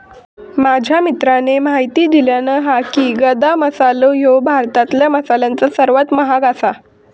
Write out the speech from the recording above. माझ्या मित्राने म्हायती दिल्यानं हा की, गदा मसालो ह्यो भारतातल्या मसाल्यांमध्ये सर्वात महाग आसा